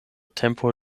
tempo